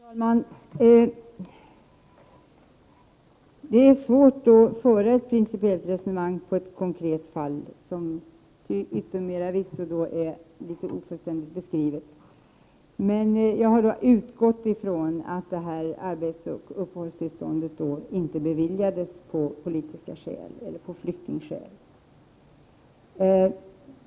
Herr talman! Det är svårt att föra ett principiellt resonemang i ett konkret fall som till yttermera visso är litet ofullständigt beskrivet. Jag utgår från att arbetsoch uppehållstillståndet inte beviljades av flyktingskäl.